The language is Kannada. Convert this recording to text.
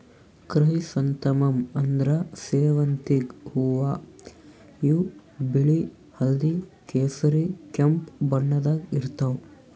ಕ್ರ್ಯಸಂಥಾಮಮ್ ಅಂದ್ರ ಸೇವಂತಿಗ್ ಹೂವಾ ಇವ್ ಬಿಳಿ ಹಳ್ದಿ ಕೇಸರಿ ಕೆಂಪ್ ಬಣ್ಣದಾಗ್ ಇರ್ತವ್